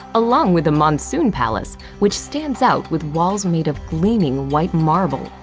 along with the monsoon palace, which stand out with walls made of gleaming white marble.